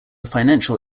financial